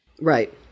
Right